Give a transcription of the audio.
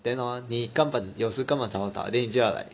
then hor 你根本有时根本找不到 then 你就要 like